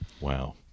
Wow